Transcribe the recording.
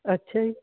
ਅੱਛਾ ਜੀ